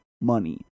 money